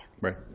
Right